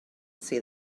see